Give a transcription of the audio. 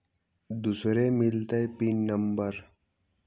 दुसरे मिलतै pin number?